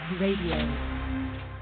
Radio